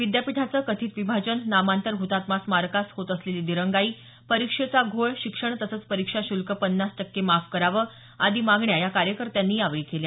विद्यापीठाचं कथित विभाजन नामांतर हुतात्मा स्मारकास होत असलेली दिरंगाई परीक्षेचा घोळ शिक्षण तसंच परीक्षा शुल्क पन्नास टक्के माफ करावं आदी मागण्या या कार्यकर्त्यांनी यावेळी केल्या